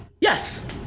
Yes